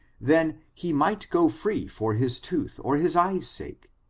then he might go firee for his tooth or his eye's sake,